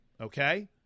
okay